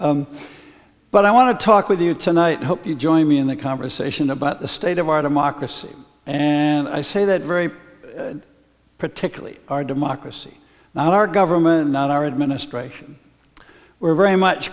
but i want to talk with you tonight hope you join me in the conversation about the state of our democracy and i say that very particularly our democracy now our government not our administration we're very much